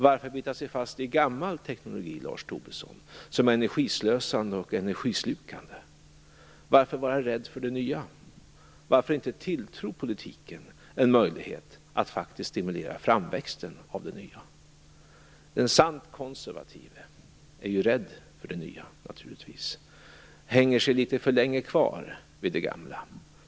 Varför bita sig fast vid gammal teknologi, Lars Tobisson, som är energislukande och energislösande? Varför vara rädd för det nya? Varför inte tilltro politiken en möjlighet att faktiskt stimulera framväxten av det nya? En sant konservativ är naturligtvis rädd för det nya och hänger sig kvar litet för länge vid det gamla.